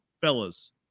fellas